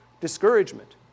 discouragement